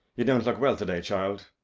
you don't look well to-day, child.